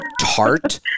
tart